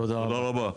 תודה רבה.